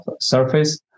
surface